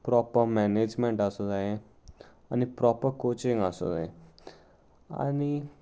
proper management आसूं जाय आनी प्रोपर कोचिंग आसूं जाय आनी